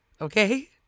Okay